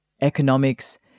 economics